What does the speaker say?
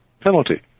penalty